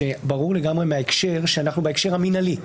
אפשר לדון בהצעות אחרות שאומרות איך להתוות את עילת הסבירות,